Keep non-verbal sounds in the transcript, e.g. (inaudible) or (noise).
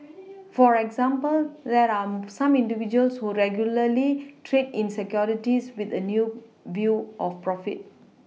(noise) for example there are some individuals who regularly trade in Securities with a new view to profit